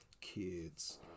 kids